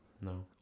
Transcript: No